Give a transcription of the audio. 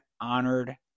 honored